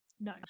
no